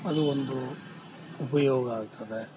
ಅದು ಒಂದು ಉಪಯೋಗ ಆಗ್ತದೆ